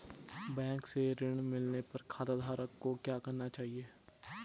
Bank से ऋण मिलने पर खाताधारक को क्या करना चाहिए?